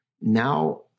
Now